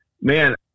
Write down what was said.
Man